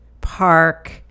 park